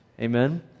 Amen